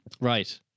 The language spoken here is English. Right